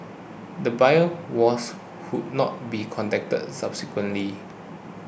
the buyer was could not be contacted subsequently